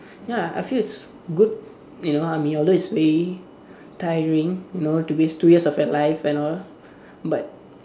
ya I feel it's good you know I mean although it's really tiring you know to waste two years of your life and all but